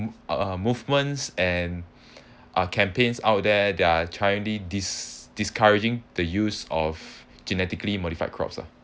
uh movements and uh campaigns out there they're trying dis~ discouraging the use of genetically modified crops ah